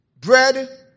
bread